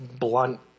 blunt